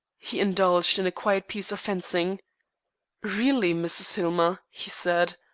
he indulged in a quiet piece of fencing really, mrs. hillmer, he said,